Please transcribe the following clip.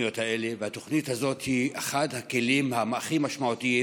התוכנית הזו היא אחד הכלים הכי משמעותיים